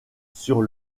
sur